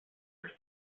her